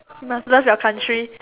must love your country